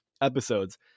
episodes